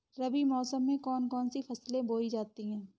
रबी मौसम में कौन कौन सी फसलें बोई जाती हैं?